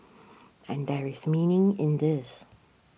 and there is meaning in this